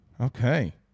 Okay